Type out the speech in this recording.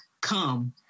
come